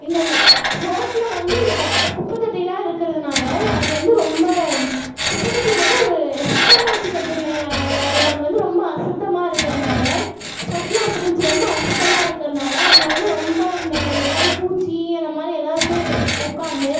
இந்த ரோட்டில் வந்து இந்த கொப் குப்பை தொட்டிலாம் இருக்கிறதுனால அதுவந்து ரொம்ப குப்பத் தொட்டியை வந்து ஒரு சுத்தமாக வச்சிக்கறதில்ல யா யாரும் அதுவந்து ரொம்ப அசுத்தமாக இருக்கறனால் ஃபஸ்ட்லாம் அப்படி இருந்துச்சு ரொம்ப அசுத்தமா இருக்கிறனால அங்கே வந்து ரொம்ப இந்த ஏதாவது பூச்சி அந்தமாதிரி ஏதாவது போய் உட்காந்து